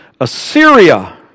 Assyria